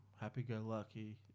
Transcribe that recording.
happy-go-lucky